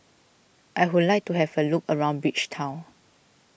I would like to have a look around Bridgetown